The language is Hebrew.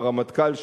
והרמטכ"ל,